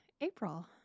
april